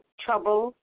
trouble